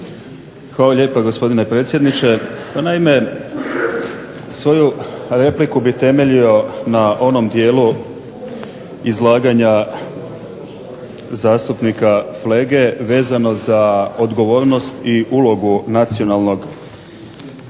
Hvala lijepa gospodine predsjedniče. Pa naime svoju repliku bih temeljio na onom dijelu izlaganja zastupnika Flege, vezano za odgovornost i ulogu Nacionalnog vijeća